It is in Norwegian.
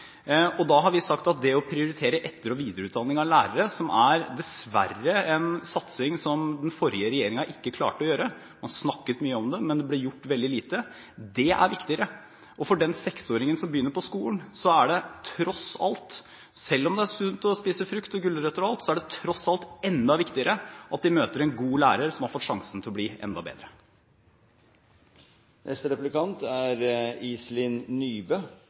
alle. Da har vi sagt at det å prioritere etter- og videreutdanning av lærere, som dessverre er en satsing som den forrige regjeringen ikke klarte å gjøre – man snakket mye om det, men det ble gjort veldig lite – er viktigere. For den seksåringen som begynner på skolen, er det tross alt – selv om det er sunt å spise frukt og gulrøtter og alt – enda viktigere at de møter en god lærer som har fått sjansen til å bli enda bedre. Jeg legger til grunn at statsråden er